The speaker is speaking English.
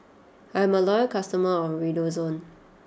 I'm a loyal customer of Redoxon